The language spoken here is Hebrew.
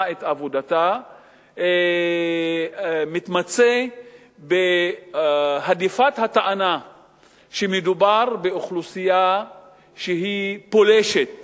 את עבודתה מתמצה בהדיפת הטענה שמדובר באוכלוסייה שהיא פולשת